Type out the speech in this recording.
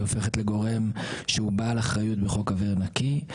היא הופכת לגורם שהוא בעל אחריות בחוק אוויר נקי.